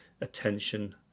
attention